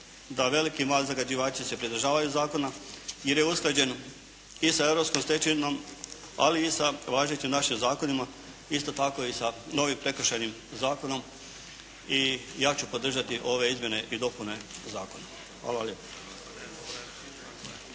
da veliki i mali zagađivači se pridržavaju zakona jer je usklađen i sa europskom stečevinom, ali i sa važećim našim zakonima, isto tako i sa novim Prekršajnim zakonom i ja ću podržati ove izmjene i dopune zakona. Hvala lijepo.